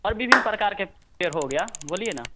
और विभिन्न प्रकार के पेड़ हो गया बोलिए ना